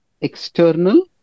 external